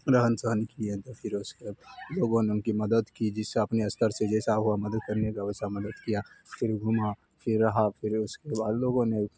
رہن سہن کیے تو پھر اس کے لوگوں نے ان کی مدد کی جس سے اپنے استر سے جیسا ہوا مدد کرنے کا ویسا مدد کیا پھر گھوما پھر رہا پھر اس کے بعد لوگوں نے